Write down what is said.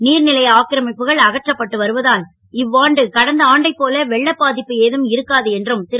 நீர் லை ஆக்கிரமிப்புகள் அகற்றப்பட்டு வருவதால் இ வாண்டு கடந்தாண்டைப் போல வெள்ளப் பா ப்பு ஏதும் இருக்காது என்றும் ரு